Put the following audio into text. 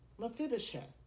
Mephibosheth